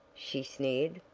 she sneered.